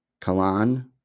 Kalan